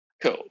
Cool